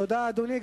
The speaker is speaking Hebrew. תודה, אדוני.